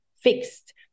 fixed